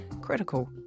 critical